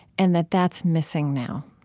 and that that's missing now.